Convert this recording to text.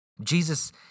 Jesus